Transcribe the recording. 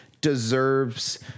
deserves